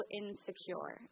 insecure